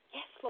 Yes